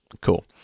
cool